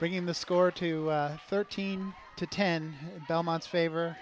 bringing the score to thirteen to ten belmont's favor